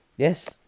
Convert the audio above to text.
Yes